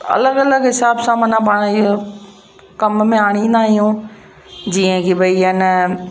अलॻि अलॻि हिसाब सां माना पाण हीअ कम में आणींदा आहियूं जीअं की भई आहिनि